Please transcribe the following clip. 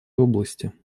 области